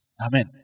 Amen